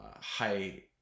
high